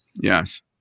Yes